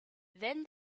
then